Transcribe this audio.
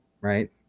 right